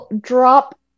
drop